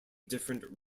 different